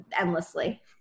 endlessly